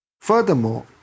Furthermore